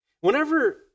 Whenever